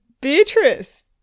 Beatrice